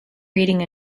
reading